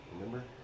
Remember